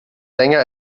länger